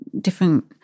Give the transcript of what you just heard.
different